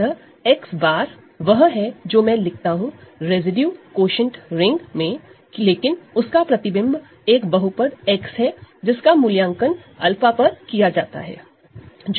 अतः X बार वह है जो मैं लिखता हूं रेसिड्यू कोषेंट रिंग में लेकिन उसकी इमेज एक पॉलिनॉमियल X है जिसका मूल्यांकन 𝛂 पर किया जाता है जो कि 𝛂 है